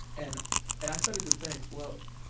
and and i started to think, well,